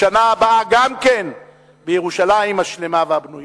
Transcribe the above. לשנה הבאה גם בירושלים השלמה והבנויה.